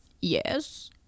Yes